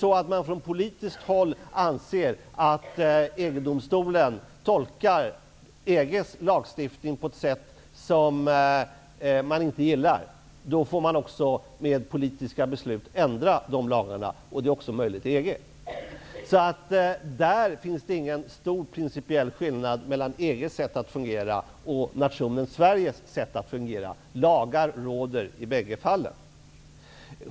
Om man från politiskt håll anser att EG-domstolen tolkar EG:s lagstiftning på ett sätt som man inte gillar, får man ändra lagarna genom politiska beslut. Det är också möjligt i EG. Det finns ingen stor principiell skillnad mellan EG:s och nationen Sveriges sätt att fungera. Lagar råder i bägge fallen.